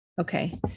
Okay